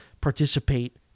participate